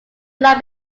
line